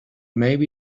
maybe